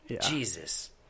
Jesus